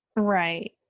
right